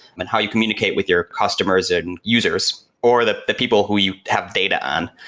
and how you communicate with your customers and users, or the the people who you have data on.